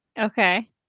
Okay